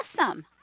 awesome